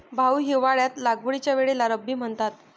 भाऊ, हिवाळ्यात लागवडीच्या वेळेला रब्बी म्हणतात